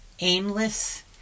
aimless